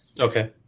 Okay